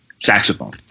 saxophone